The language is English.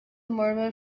murmur